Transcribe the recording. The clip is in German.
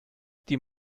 die